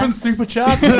um super chats?